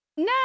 No